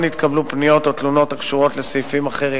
לא נתקבלו פניות או תלונות הקשורות לסעיפים אחרים.